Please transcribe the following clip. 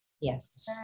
Yes